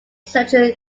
central